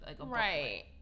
right